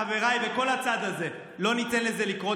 חבריי וכל הצד הזה לא ניתן לזה לקרות.